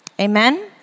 Amen